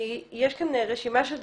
יש כאן רשימה של דוברים,